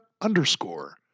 underscore